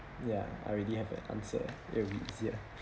ya I already have an answer it will be easier